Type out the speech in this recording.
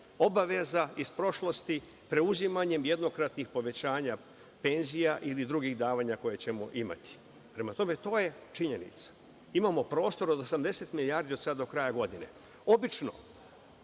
obaveza iz prošlosti, preuzimanjem jednokratnih povećanja penzija ili drugih davanja koje ćemo imati. Prema tome, to je činjenica. Imamo prostor od oko 80 milijardi od sada pa do kraja godine. Obično,